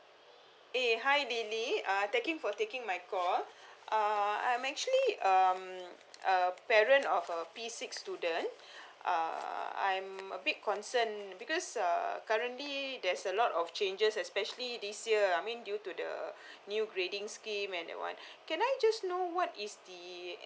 eh hi lily uh thank you for taking my call uh I'[m actually um uh parent of a P_six student uh I'm a bit concerned because uh currently there's a lot of changes especially this year I mean due to the new grading scheme and can I just know what is the